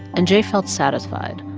and j felt satisfied,